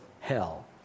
hell